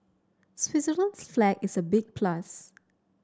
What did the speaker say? Switzerland's flag is a big plus